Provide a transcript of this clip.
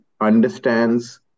understands